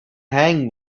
hang